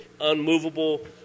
unmovable